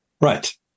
Right